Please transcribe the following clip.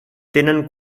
tenen